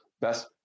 Best